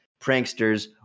pranksters